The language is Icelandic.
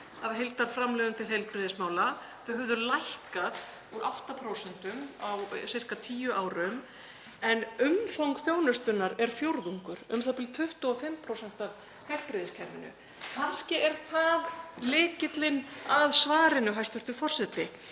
af heildarframlögum til heilbrigðismála. Þau höfðu lækkað úr 8% á sirka tíu árum, en umfang þjónustunnar er fjórðungur, u.þ.b. 25% af heilbrigðiskerfinu. Kannski er það lykillinn að svarinu, hæstv. forseti,